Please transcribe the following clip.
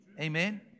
Amen